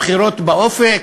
הבחירות באופק,